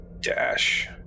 dash